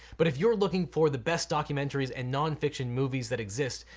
but if you're looking for the best documentaries and non-fiction movies that exist,